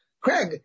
Craig